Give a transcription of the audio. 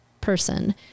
person